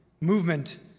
movement